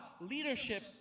leadership